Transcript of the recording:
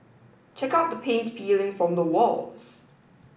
check out the paint peeling from the walls